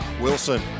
Wilson